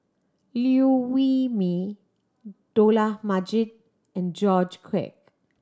Liew Wee Mee Dollah Majid and George Quek